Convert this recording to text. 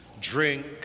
drink